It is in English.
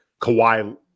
Kawhi